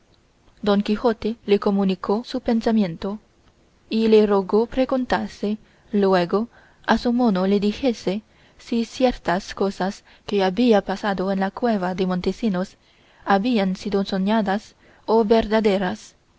don quijote le comunicó su pensamiento y le rogó preguntase luego a su mono le dijese si ciertas cosas que había pasado en la cueva de montesinos habían sido soñadas o verdaderas